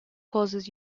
causes